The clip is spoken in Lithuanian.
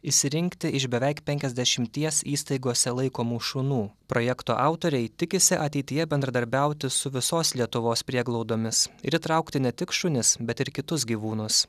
išsirinkti iš beveik penkiasdešimties įstaigose laikomų šunų projekto autoriai tikisi ateityje bendradarbiauti su visos lietuvos prieglaudomis ir įtraukti ne tik šunis bet ir kitus gyvūnus